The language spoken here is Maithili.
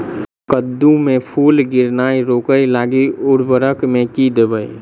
कद्दू मे फूल गिरनाय रोकय लागि उर्वरक मे की देबै?